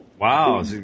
Wow